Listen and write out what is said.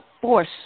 force